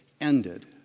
ended